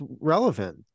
relevant